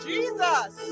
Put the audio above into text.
Jesus